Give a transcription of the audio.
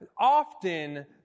Often